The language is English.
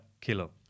Kilo